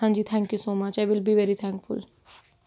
ਹਾਂਜੀ thank you so much I will be very thankful